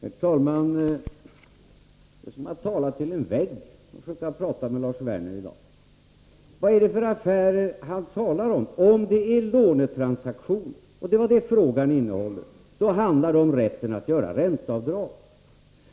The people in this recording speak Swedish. Herr talman! Det är som att tala till en vägg att försöka tala med Lars Werner i dag. Vad är det för affärer Lars Werner talar om? Om det är lånetransaktioner — och det var det frågan gällde — då handlar det om rätten att göra ränteavdrag.